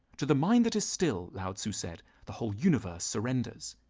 to the mind that is still, lao tzu said, the whole universe surrenders.